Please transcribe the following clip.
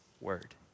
word